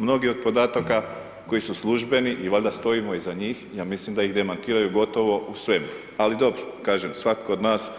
Mnogi od podataka koji su službeni i valjda stojimo iza njih, ja mislim da ih demantiraju gotovo u svemu, ali dobro, kažem, svatko od nas